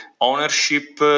Ownership